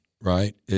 right